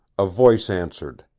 a voice answered.